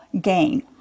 gain